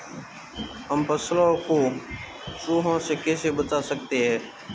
हम फसलों को चूहों से कैसे बचा सकते हैं?